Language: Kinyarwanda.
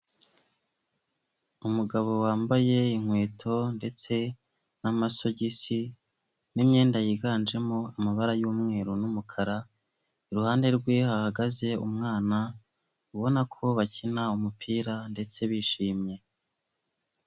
Umugabo wambaye inkweto ndetse n'amasogisi n'imyenda yiganjemo amabara y'umweru n'umukara iruhande rwe hahagaze umwana ubona ko bakina umupira ndetse bishimye.